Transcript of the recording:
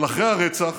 אבל אחרי הרצח